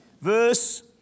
Verse